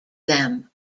them